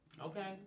Okay